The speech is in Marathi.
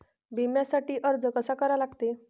बिम्यासाठी अर्ज कसा करा लागते?